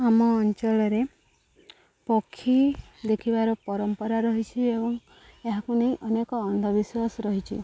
ଆମ ଅଞ୍ଚଳରେ ପକ୍ଷୀ ଦେଖିବାର ପରମ୍ପରା ରହିଛି ଏବଂ ଏହାକୁ ନେଇ ଅନେକ ଅନ୍ଧବିଶ୍ୱାସ ରହିଛିି